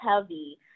heavy